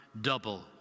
double